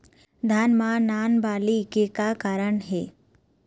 धान म नान बाली के का कारण हे?